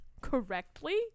correctly